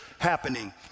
happening